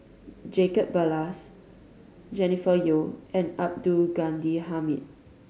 Jacob Ballas Jennifer Yeo and Abdul Ghani Hamid